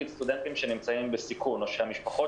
סטודנטים שנמצאים בסיכון או שהמשפחות